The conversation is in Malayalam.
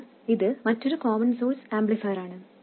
അതിനാൽ ഇത് മറ്റൊരു കോമൺ സോഴ്സ് ആംപ്ലിഫയറാണ്